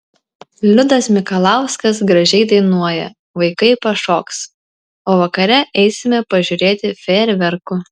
liudas mikalauskas gražiai dainuoja vaikai pašoks o vakare eisime pažiūrėti fejerverkų